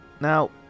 now